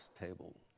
table